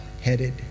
headed